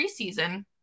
preseason